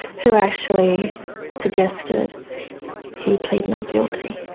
who actually suggested he plead not guilty.